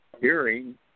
Hearing